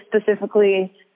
specifically